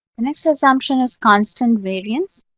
the next assumption is constant variance.